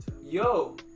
Yo